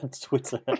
twitter